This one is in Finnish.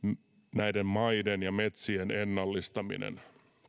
näiden maiden ja metsien ennallistaminen